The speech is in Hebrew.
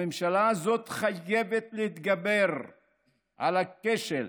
הממשלה הזאת חייבת להתגבר על הכשל.